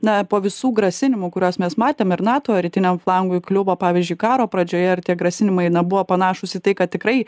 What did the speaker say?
na po visų grasinimų kuriuos mes matėm ir nato rytiniam flangui kliuvo pavyzdžiui karo pradžioje ir tie grasinimai na buvo panašūs į tai kad tikrai